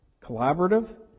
collaborative